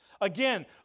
Again